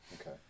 Okay